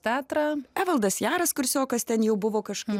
teatrą evaldas jaras kursiokas ten jau buvo kažkaip